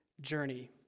journey